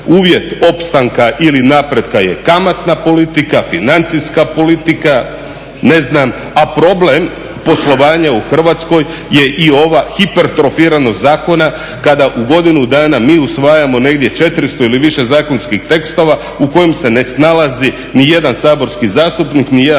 Uvjet opstanka ili napretka je kamatna politika, financijska politika, ne znam, a problem poslovanja u Hrvatskoj je i ova hipertrofiranost zakona kada u godinu dana mi usvajamo negdje 400 ili više zakonskih tekstova u kojem se ne snalazi ni jedan saborski zastupnik, ni jedan